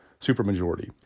supermajority